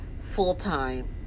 full-time